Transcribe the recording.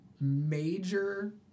major